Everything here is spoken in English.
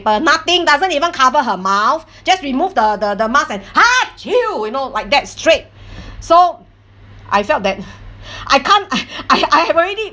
but nothing doesn't even cover her mouth just remove the the the mask and you know like that straight so I felt that I can't I I I have already